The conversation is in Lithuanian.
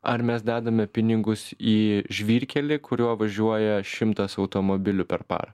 ar mes dedame pinigus į žvyrkelį kuriuo važiuoja šimtas automobilių per parą